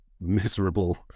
miserable